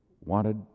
wanted